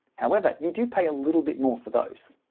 however, you do pay a little bit more for those.